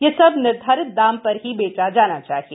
यह संब निर्धारित दाम पर ही बेचा जाना चाहिए